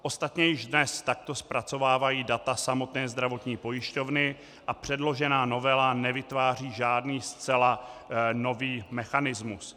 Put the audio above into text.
Ostatně již dnes takto zpracovávají data samotné zdravotní pojišťovny a předložená novela nevytváří žádný zcela nový mechanismus.